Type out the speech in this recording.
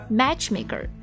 matchmaker